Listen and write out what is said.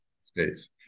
states